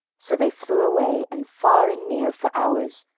so they flew away, and far and near, for hours,